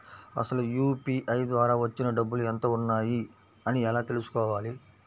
అసలు యూ.పీ.ఐ ద్వార వచ్చిన డబ్బులు ఎంత వున్నాయి అని ఎలా తెలుసుకోవాలి?